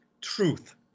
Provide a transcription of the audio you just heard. Truth